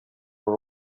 more